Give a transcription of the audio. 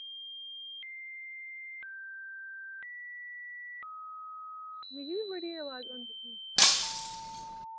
मिगी बी बड़ी आवाज़ औंदी